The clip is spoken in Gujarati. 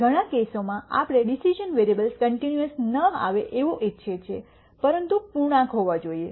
ઘણા કેસોમાં આપણે ડિસિશ઼ન વેરીએબલ્સ કન્ટિન્યૂઅસ ન આવે એવું ઇચ્છિએ છે પરંતુ પૂર્ણાંકો હોઈએ છીએ